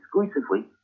exclusively